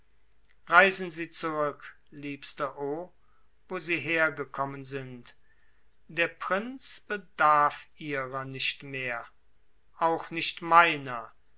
reisen sie zurück liebster o wo sie hergekommen sind der prinz bedarf ihrer nicht mehr auch nicht meiner